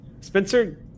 Spencer